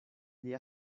lia